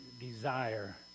desire